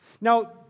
Now